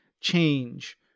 change